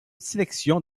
sélection